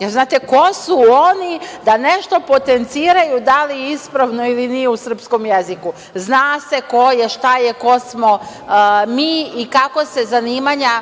jer znate ko su oni da nešto potenciraju, da li je ispravno ili nije u srpskom jeziku. Zna se ko je, šta je, ko smo mi i kako se zanimanja